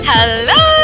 Hello